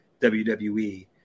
WWE